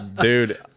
Dude